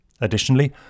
Additionally